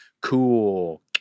cool